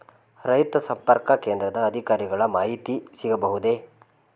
ರೈತ ಸಂಪರ್ಕ ಕೇಂದ್ರದ ಅಧಿಕಾರಿಗಳ ಮಾಹಿತಿ ಸಿಗಬಹುದೇ?